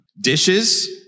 Dishes